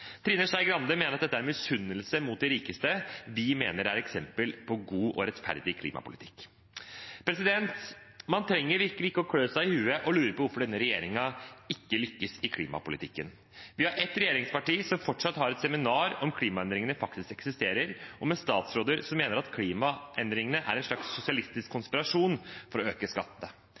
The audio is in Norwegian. Trine Skei Grande mener at dette er å misunne de rike, vi mener det er eksempel på god og rettferdig klimapolitikk. Man trenger virkelig ikke å klø seg i hodet og lure på hvorfor denne regjeringen ikke lykkes i klimapolitikken. Vi har et regjeringsparti som fortsatt har seminar om hvorvidt klimaendringene faktisk eksisterer, og med statsråder som mener at klimaendringene er en slags sosialistisk konspirasjon for å øke skattene.